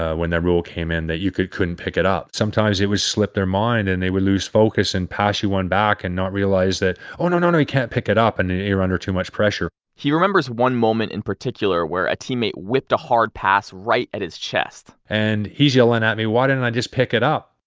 ah when the rule came in, that you couldn't pick it up. sometimes it would slip their mind, and they would lose focus and pass you one back, and not realize that, oh, no, no, no. you can't pick it up, and you're under too much pressure he remembers one moment in particular where a teammate whipped a hard pass right at his chest and he's yelling at me, why didn't i just pick it up?